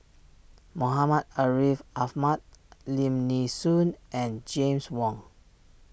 Muhammad Ariff Ahmad Lim Nee Soon and James Wong